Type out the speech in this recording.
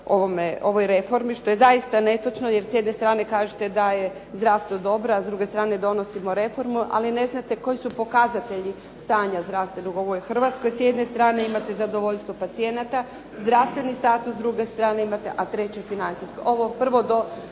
ovoj reformi što je zaista netočno jer s jedne strane kažete da je zdravstvo dobro a s druge strane donosimo reformu ali ne znate koji su pokazatelji stanja zdravstvenog u ovoj Hrvatskoj. S jedne strane imate zadovoljstvo pacijenata, zdravstveni status s druge strane imate, a treće financijsko. Ove prve dvije